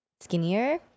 skinnier